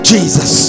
Jesus